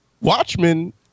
Watchmen